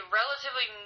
relatively